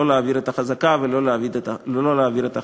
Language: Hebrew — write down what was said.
לא להעביר את החזקה ולא להעביר את החכירה.